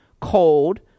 cold